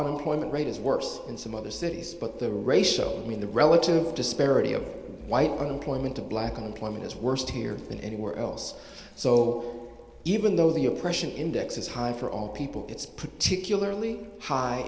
unemployment rate is worse in some other cities but the racial mean the relative disparity of white on employment of black unemployment is worst here than anywhere else so even though the oppression index is high for all people it's particularly high